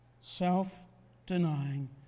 Self-denying